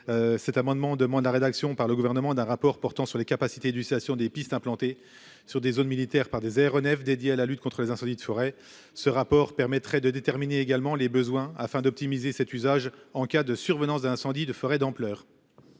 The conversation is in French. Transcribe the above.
Cet amendement demande la rédaction par le gouvernement d'un rapport portant sur les capacités, une station des pistes implantées sur des zones militaires par des aéronefs dédié à la lutte contre les incendies de forêt ce rapport permettrait de déterminer également les besoins afin d'optimiser cet usage en cas de survenance d'incendies de forêt d'ampleur.